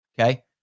okay